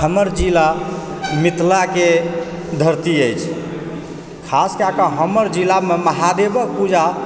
हमर जिला मिथिलाके धरती अछि खास कएके हमर जिलामे महादेवक पूजा